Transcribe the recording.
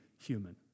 human